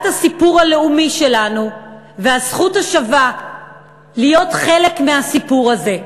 הסיפור הלאומי שלנו והזכות השווה להיות חלק מהסיפור הזה.